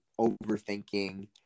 overthinking